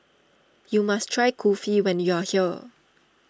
you must try Kulfi when you are here